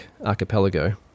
Archipelago